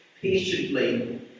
patiently